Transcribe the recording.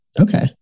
okay